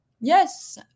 Yes